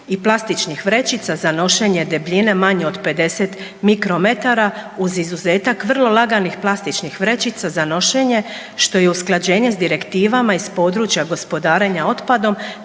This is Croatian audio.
i plastičnih vrećica za nošenje debljine manje od 50 mikrometara uz izuzetak vrlo laganih plastičnih vrećica za nošenje što je usklađenje s direktivama iz područja gospodarenja otpadom